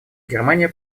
германия